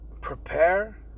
Prepare